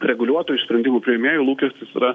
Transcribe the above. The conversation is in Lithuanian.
reguliuotojų iš sprendimų priėmėjų lūkestis yra